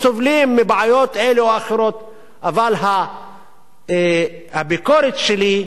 אבל הביקורת שלי מופנית כלפי מנהיגי הציבור.